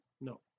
no